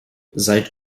seit